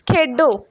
ਖੇਡੋ